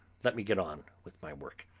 let me get on with my work.